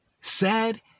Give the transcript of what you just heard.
Sad